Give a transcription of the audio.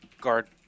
Guard